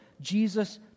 Jesus